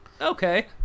okay